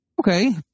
Okay